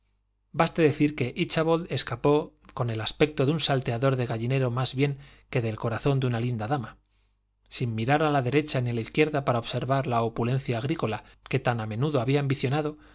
baste decir que íchabod escapó con el aspecto de un salteador de gallinero más bien que del corazón de una linda dama sin mirar a la derecha ni a la izquierda para observar la opulencia agrícola que tan a menudo había ambicionado